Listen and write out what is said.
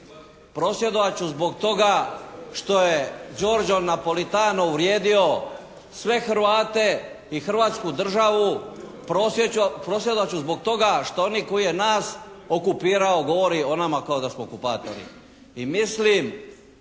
Prosvjedovat ću zbog toga što je Giorgio Napolitano uvrijedio sve Hrvate i hrvatsku državu prosvjedovati ću zbog toga što oni koji je nas okupirao govori o nama kao da smo okupatori.